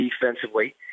defensively